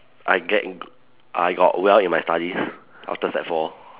I get in I got well in my studies after sec four